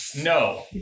no